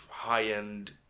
high-end